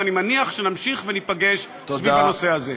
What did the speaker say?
ואני מניח שנמשיך וניפגש סביב הנושא הזה.